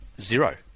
zero